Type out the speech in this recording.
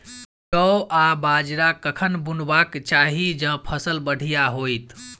जौ आ बाजरा कखन बुनबाक चाहि जँ फसल बढ़िया होइत?